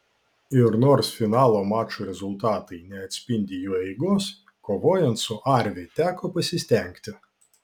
ir nors finalo mačų rezultatai neatspindi jų eigos kovojant su arvi teko pasistengti